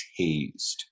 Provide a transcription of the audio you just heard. tased